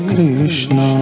Krishna